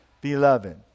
Beloved